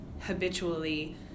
habitually